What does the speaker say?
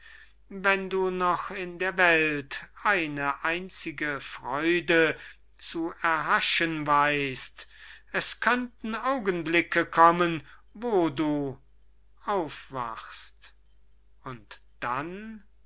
wenn du noch in der welt eine einzige freude zu erhaschen weist es könnten augenblicke kommen wo du aufwachst und dann